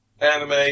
anime